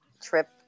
trip